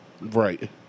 Right